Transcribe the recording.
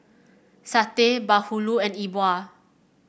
satay bahulu and Yi Bua